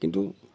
কিন্তু